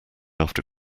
after